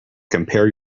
compare